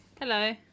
Hello